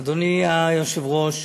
אדוני היושב-ראש,